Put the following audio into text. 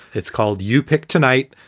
it's called you pick tonight.